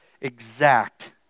exact